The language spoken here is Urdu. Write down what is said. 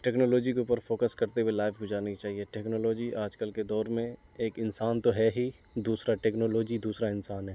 ٹیکنالوجی کے اوپر کرتے ہوئے لائف گزارنی چاہیے ٹیکنالوجی آج کل کے دور میں ایک انسان تو ہے ہی دوسرا ٹیکنالوجی دوسرا انسان ہے